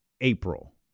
April